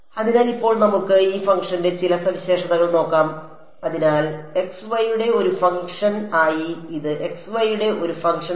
അതിനാൽ ഇപ്പോൾ നമുക്ക് ഈ ഫംഗ്ഷന്റെ ചില സവിശേഷതകൾ നോക്കാം അതിനാൽ x y യുടെ ഒരു ഫംഗ്ഷൻ ആയി